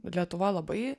lietuva labai